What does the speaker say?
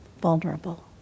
vulnerable